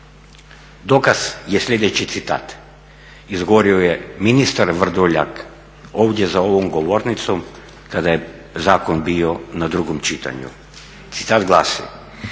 dokaz je sljedeći citat. Izgovorio je ministar Vrdoljak ovdje za ovom govornicom kada je zakon bio na drugom čitanju. Citat glasi: